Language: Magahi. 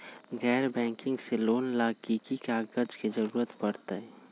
गैर बैंकिंग से लोन ला की की कागज के जरूरत पड़तै?